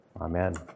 Amen